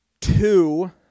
two